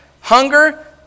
hunger